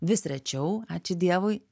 vis rečiau ačiū dievui